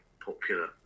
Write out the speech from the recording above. popular